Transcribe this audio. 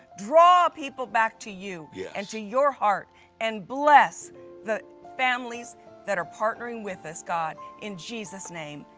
draw people back to you yeah and to your heart and bless the families that are partnering with us god in jesus name,